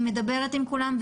היא מדברת עם כולם,